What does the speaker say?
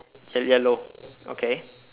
yellow yellow okay